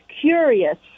curious